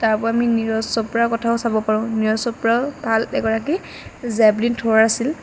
তাৰ উপৰি আমি নীৰজ চোপ্ৰাৰ কথাও চাব পাৰোঁ নীৰজ চোপ্ৰাও ভাল এগৰাকী জেভলিন থ্ৰোৱাৰ আছিল